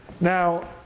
Now